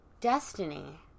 Destiny